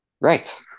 Right